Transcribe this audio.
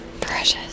precious